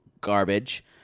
Garbage